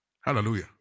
Hallelujah